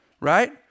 right